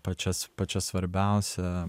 pačias pačia svarbiausia